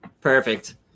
Perfect